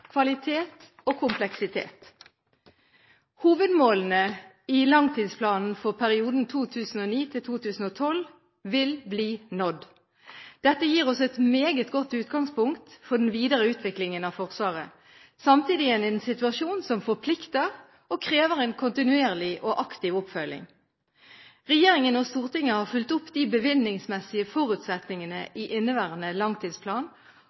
kvalitet og kompleksitet. Hovedmålene i langtidsplanen for perioden 2009–2012 vil bli nådd. Dette gir oss et meget godt utgangspunkt for den videre utviklingen av Forsvaret. Samtidig er det en situasjon som forplikter og krever en kontinuerlig og aktiv oppfølging. Regjeringen og Stortinget har fulgt opp de bevilgningsmessige forutsetningene i inneværende langtidsplan,